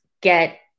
get